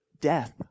death